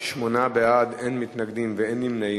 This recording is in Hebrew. שמונה בעד, אין מתנגדים ואין נמנעים.